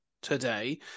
today